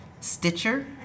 Stitcher